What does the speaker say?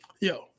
Yo